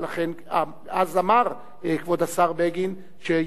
אז אמר כבוד השר בגין שיש הבדל גדול,